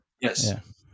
yes